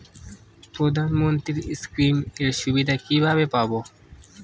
প্রধানমন্ত্রী স্কীম এর সুবিধা কিভাবে পাবো?